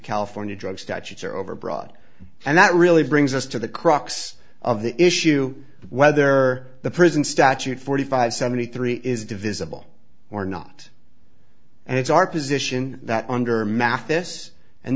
california drug statutes are overbroad and that really brings us to the crux of the issue whether the prison statute forty five seventy three is divisible or not and it's our position that under mathis and